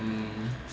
um